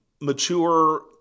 mature